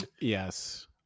Yes